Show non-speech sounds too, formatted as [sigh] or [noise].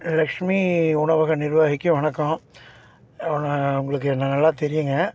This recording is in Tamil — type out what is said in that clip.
லக்ஷ்மி உணவக நிர்வாகிக்கு வணக்கம் [unintelligible] உங்களுக்கு என்ன நல்லா தெரியுங்க